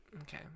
Okay